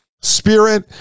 spirit